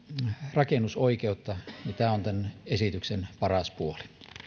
rakennusoikeutta on tämän esityksen paras puoli